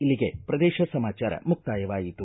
ಇಲ್ಲಿಗೆ ಪ್ರದೇಶ ಸಮಾಚಾರ ಮುಕ್ತಾಯವಾಯಿತು